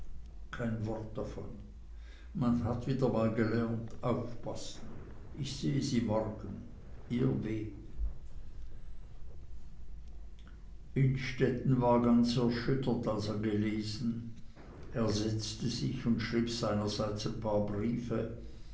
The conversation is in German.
kein wort davon man hat wieder mal gelernt aufpassen ich sehe sie morgen ihr w innstetten war ganz erschüttert als er gelesen er setzte sich und schrieb seinerseits ein paar briefe